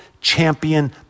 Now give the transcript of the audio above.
champion